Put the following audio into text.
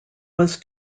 was